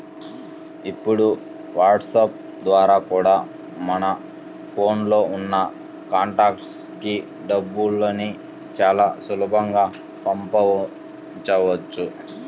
ఇప్పుడు వాట్సాప్ ద్వారా కూడా మన ఫోన్ లో ఉన్న కాంటాక్ట్స్ కి డబ్బుని చాలా సులభంగా పంపించవచ్చు